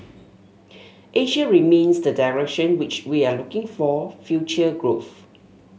Asia remains the direction which we are looking for future growth